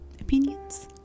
opinions